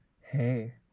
hey